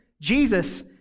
Jesus